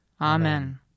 Amen